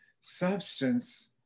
substance